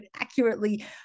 accurately